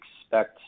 expect